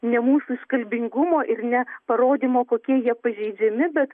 ne mūsų iškalbingumo ir ne parodymo kokie jie pažeidžiami bet